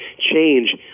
change